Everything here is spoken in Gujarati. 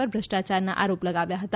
પર ભ્રષ્ટાચારના આરોપ લગાવ્યા હતા